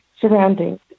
surroundings